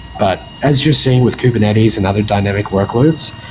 but as you're seeing with kubernetes and other dynamic workloads,